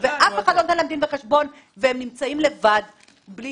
אף אחד לא נותן להם דין וחשבון והם נמצאים לבד בלי